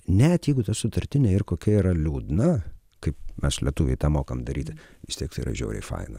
net jeigu ta sutartinė ir kokia yra liūdna kaip mes lietuviai tą mokam daryti vistiek tai yra žiauriai faina